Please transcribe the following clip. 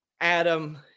Adam